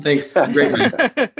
thanks